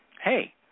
hey